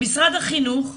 משרד החינוך,